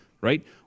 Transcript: right